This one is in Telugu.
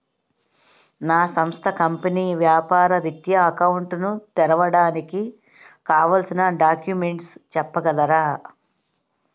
నా సంస్థ కంపెనీ వ్యాపార రిత్య అకౌంట్ ను తెరవడానికి కావాల్సిన డాక్యుమెంట్స్ చెప్పగలరా?